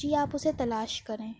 جی آپ اسے تلاش کریں